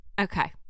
okay